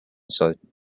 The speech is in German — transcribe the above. sollten